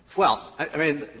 well, i mean,